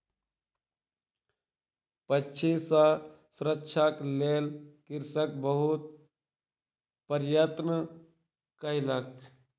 पक्षी सॅ सुरक्षाक लेल कृषक बहुत प्रयत्न कयलक